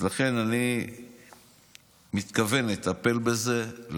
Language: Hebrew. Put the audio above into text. לכן אני מתכוון לטפל בזה,